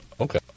Okay